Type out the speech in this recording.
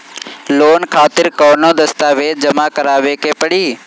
Loan खातिर कौनो दस्तावेज जमा करावे के पड़ी?